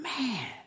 Man